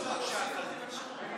היושב-ראש, אפשר להוסיף אותי?